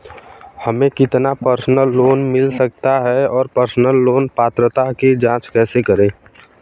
हमें कितना personal loan मिल सकता है और पर्सनल लोन पात्रता की जांच कैसे करें?